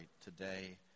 today